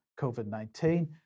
COVID-19